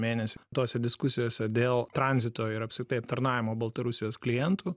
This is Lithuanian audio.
mėnesį tose diskusijose dėl tranzito ir apskritai aptarnavimo baltarusijos klientų